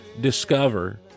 discover